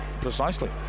Precisely